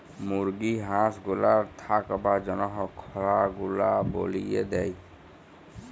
মুরগি হাঁস গুলার থাকবার জনহ খলা গুলা বলিয়ে দেয়